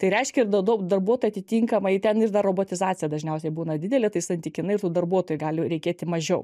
tai reiškia ir daug daug darbuotojų atitinkamai ten ir dar robotizacija dažniausiai būna didelė tai santykinai ir tų darbuotojų gali reikėti mažiau